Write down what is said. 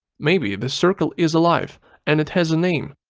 maybe this circle is alive and it has a name.